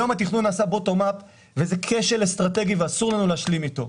היום התכנון נעשה Bottom-up וזה כשל אסטרטגי שאסור לנו להסכים איתו.